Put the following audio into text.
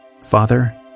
Father